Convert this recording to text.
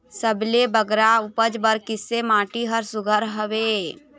सबले बगरा उपज बर किसे माटी हर सुघ्घर हवे?